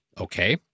Okay